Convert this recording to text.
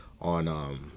on